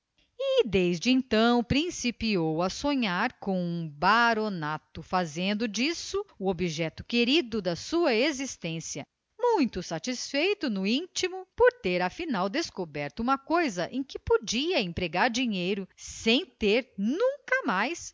desde então principiou a sonhar com um baronato fazendo disso o objeto querido da sua existência muito satisfeito no intimo por ter afinal descoberto uma coisa em que podia empregar dinheiro sem ter nunca mais